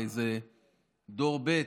הרי זה דור ב',